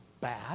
bad